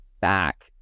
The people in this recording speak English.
back